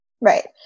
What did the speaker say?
Right